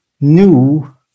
new